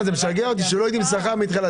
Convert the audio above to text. זה משגע אותי שלא יודעים מה השכר מלכתחילה.